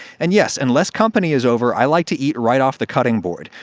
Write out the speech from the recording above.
and yes, unless company is over, i like to eat right off the cutting board.